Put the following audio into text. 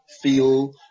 feel